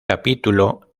capítulo